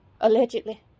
Allegedly